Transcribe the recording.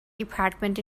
department